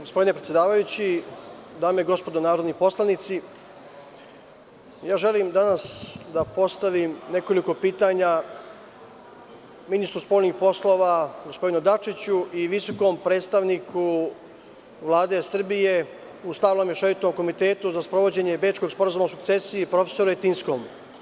Gospodine predsedavajući, dame i gospodo narodni poslanici, želim danas da postavim nekoliko pitanja ministru spoljnih poslova gospodinu Dačiću i visokom predstavniku Vlade Srbije u stalnom sastavu Mešovitog komiteta za sprovođenje Bečkog sporazuma o sukcesiji profesoru Etinskom.